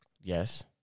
Yes